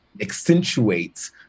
accentuates